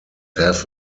have